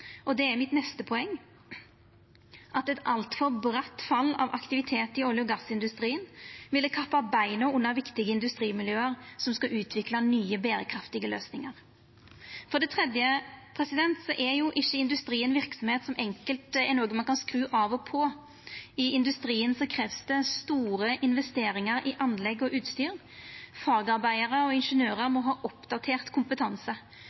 Og det er mitt neste poeng – at eit altfor bratt fall i aktiviteten i olje- og gassindustrien ville kappa beina under viktige industrimiljø som skal utvikla nye, berekraftige løysingar. For det tredje er ikkje industrien ei verksemd som ein enkelt kan skru av og på. Industrien krev store investeringar i anlegg og utstyr. Fagarbeidarar og ingeniørar må ha oppdatert kompetanse.